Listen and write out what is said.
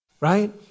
Right